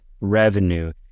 revenue